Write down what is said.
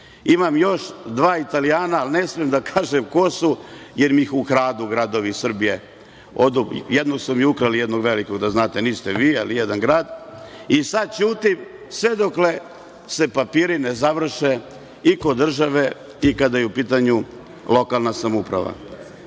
Imam još dva Italijana, ali ne smem da kažem ko su jer mi ih ukradu gradovi Srbije. Jednom su mi ukrali jednog velikog, da znate, a niste vi, ali jedan grad. Sad ćutim sve dok se papiri ne završe i kod države i kada je u pitanju lokalna samouprava.